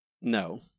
No